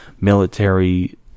military